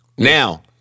Now